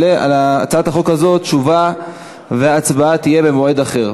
על הצעת החוק הזאת תשובה והצבעה יהיו במועד אחר.